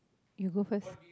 you go first